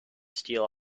steal